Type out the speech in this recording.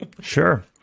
Sure